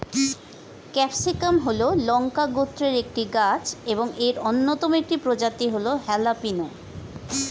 capsicum হল লঙ্কা গোত্রের একটি গাছ এবং এর অন্যতম একটি প্রজাতি হল হ্যালাপিনো